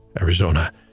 Arizona